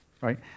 right